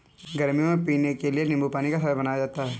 गर्मियों में पीने के लिए नींबू के पानी का शरबत बनाया जाता है